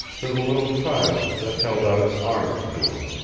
to the little child that held out its arms to him.